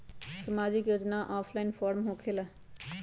समाजिक योजना offline form होकेला?